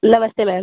नमस्ते मैम